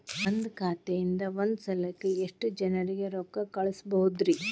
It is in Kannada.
ಒಂದ್ ಖಾತೆಯಿಂದ, ಒಂದ್ ಸಲಕ್ಕ ಎಷ್ಟ ಜನರಿಗೆ ರೊಕ್ಕ ಕಳಸಬಹುದ್ರಿ?